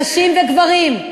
נשים וגברים.